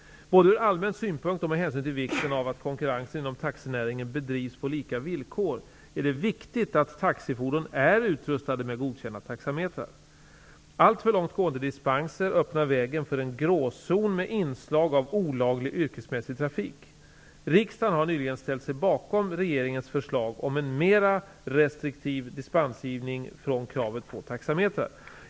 Både från allmän synpunkt och med hänsyn till vikten av att konkurrensen inom taxinäringen bedrivs på lika villkor är det viktigt att taxifordon är utrustade med godkända taxametrar. Alltför långt gående dispenser öppnar vägen för en gråzon med inslag av olaglig yrkesmässig trafik. Riksdagen har nyligen ställt sig bakom regeringens förslag om en mera restriktiv dispensgivning när det gäller kravet på taxametrar.